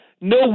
No